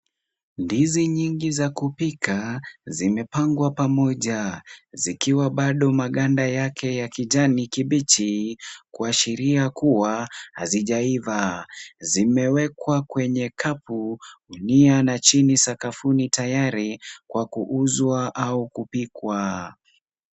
Ndizi nyingi za kupika zimepangwa pamoja, zikiwa bado maganda yake ya kijani kibichi, kuashiria kuwa hazijaiva. Zimewekwa kwenye kapu, gunia na chini sakafuni tayari kwa kuuzwa au kupikwa.